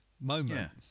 moment